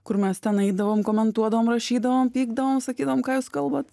kur mes ten eidavom komentuodavom rašydavom pykdavom sakydavom ką jūs kalbat